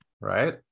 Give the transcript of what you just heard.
right